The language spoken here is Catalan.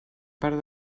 part